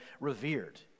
revered